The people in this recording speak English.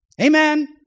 Amen